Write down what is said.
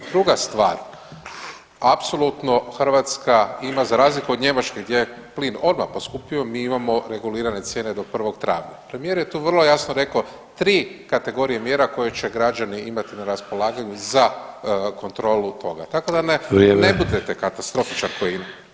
Druga stvar, apsolutno Hrvatska ima za razliku od Njemačke gdje je plin odmah poskupio mi imamo regulirane cijene do 1. travnja, premijer je tu vrlo jasno rekao tri kategorije mjera koje će građani imati na raspolaganju za kontrolu toga, tako da [[Upadica Sanader: Vrijeme.]] ne budete katastrofičar